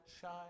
shine